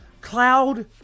Cloud